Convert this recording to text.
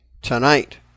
tonight